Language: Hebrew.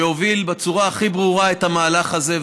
שהוביל בצורה הכי ברורה את המהלך הזה.